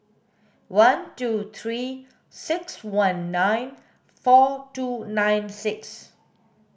one two three six one nine four two nine six